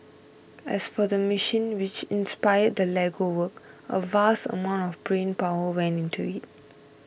as for the machine which inspired the Lego work a vast amount of brain power went into it